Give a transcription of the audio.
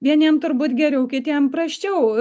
vieniem turbūt geriau kitiem prasčiau